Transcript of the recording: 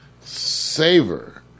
Savor